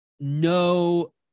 no